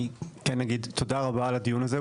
אני כן אגיד תודה רבה על דיון הזה.